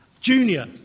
Junior